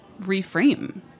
reframe